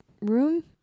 room